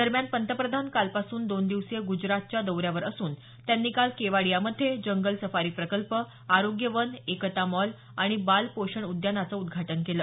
दरम्यान पंतप्रधान कालपासून दोन दिवसीय गुजरातच्या दौऱ्यावर असून त्यांनी काल केवाडिया मध्ये जंगल सफारी प्रकल्प आरोग्य वन एकता मॉल आणि बाल पोषण उद्यानाचं उद्घाटन केलं